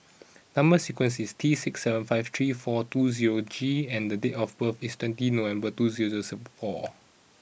number sequence is T six seven five three four two zero G and the date of birth is twenty November two zero zero sub four